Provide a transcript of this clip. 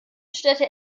städte